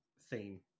theme